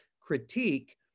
critique